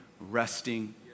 resting